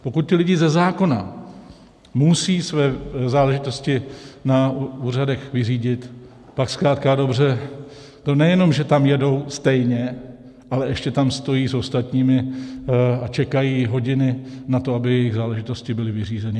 Pokud ti lidé ze zákona musí své záležitosti na úřadech vyřídit, pak zkrátka a dobře nejenom že tam jedou stejně, ale ještě tam stojí s ostatními a čekají hodiny na to, aby jejich záležitosti byly vyřízeny.